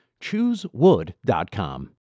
ChooseWood.com